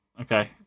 Okay